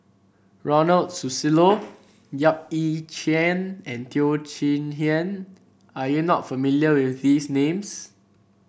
Ronald Susilo Yap Ee Chian and Teo Chee Hean are you not familiar with these names